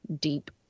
deep